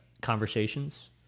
conversations